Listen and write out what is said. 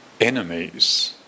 enemies